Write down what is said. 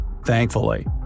thankfully